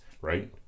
right